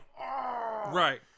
right